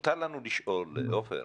מותר לנו לשאול, עופר.